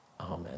Amen